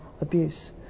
abuse